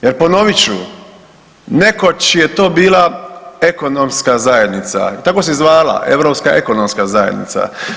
Jer ponovit ću, nekoć je to bila Ekonomska zajednica tako se zvala Europska ekonomska zajednica.